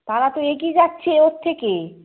তারা তো এগিয়ে যাচ্ছে ওর থেকে